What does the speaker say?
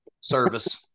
service